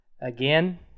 Again